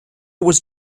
was